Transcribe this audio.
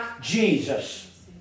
Jesus